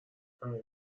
همه